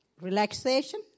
relaxation